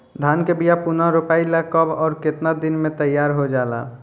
धान के बिया पुनः रोपाई ला कब और केतना दिन में तैयार होजाला?